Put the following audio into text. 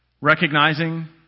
recognizing